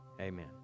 amen